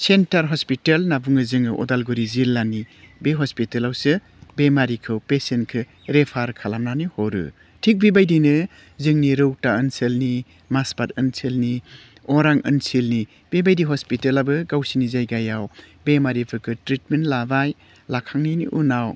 centre hospital होन्ना बुङो जोङो उदालगुरि जिल्लानि बे हस्पितालावसो बेमारिखौ पेसियेन्टखौ रेफार खालामनानै हरो थिक बेबायदिनो जोंनि रौथा ओनसोलनि मासबाद ओनसोलनि अरां ओनसोलनि बेबायदि हस्पितालाबो गावसिनि जायगायाव बेमारिफोरखौ ट्रिटमेन्ट लाबाय लाखांनायनि उनाव